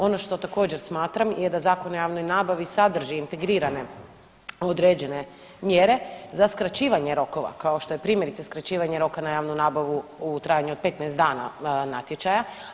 Ono što također smatram je da Zakon o javnoj nabavi sadrži integrirane određene mjere za skraćivanje rokova kao što je primjerice skraćivanje roka na javnu nabavu u trajanju od 15 dana natječaja.